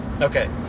Okay